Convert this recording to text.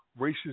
racist